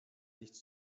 nichts